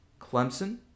Clemson